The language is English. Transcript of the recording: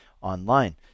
online